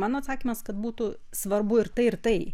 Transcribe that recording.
mano atsakymas kad būtų svarbu ir tai ir tai